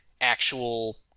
actual